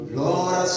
Lord